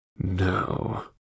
No